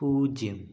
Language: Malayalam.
പൂജ്യം